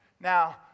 Now